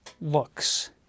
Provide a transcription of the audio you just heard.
looks